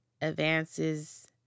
advances